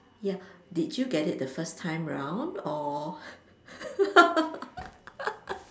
ya did you get it the first time round or